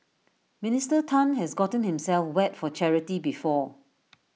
Minister Tan has gotten himself wet for charity before